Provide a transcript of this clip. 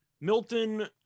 Milton